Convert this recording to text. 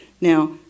Now